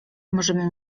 możemy